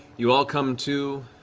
you all come to,